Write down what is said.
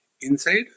inside